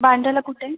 बांद्र्याला कुठे